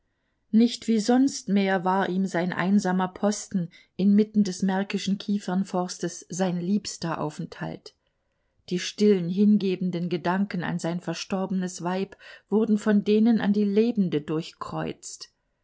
nicht wie sonst mehr war ihm sein einsamer posten inmitten des märkischen kiefernforstes sein liebster aufenthalt die stillen hingebenden gedanken an sein verstorbenes weib wurden von denen an die lebende durchkreuzt